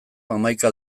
hamaika